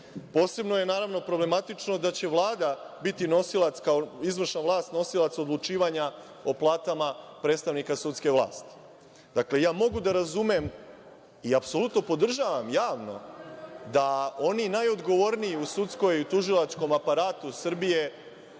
člana? Posebno je naravno problematično da će Vlada biti nosilac kao izvršna vlast odlučivanja o platama predstavnika sudske vlasti. Ja mogu da razumem i apsolutno podržavam javno da oni najodgovorniji u sudskom i tužilačkom aparatu Srbije